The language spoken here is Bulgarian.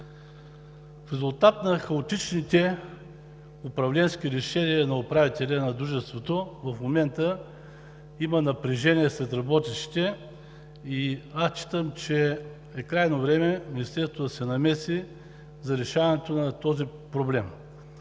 В резултат на хаотичните управленски решения на управителя на Дружеството в момента има напрежение сред работещите и аз считам, че е крайно време Министерството да се намеси за решаването на този проблем.